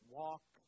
walk